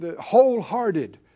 wholehearted